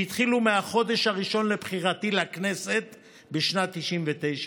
שהתחילו מהחודש הראשון לבחירתי לכנסת בשנת 1999,